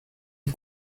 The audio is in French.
est